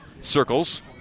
circles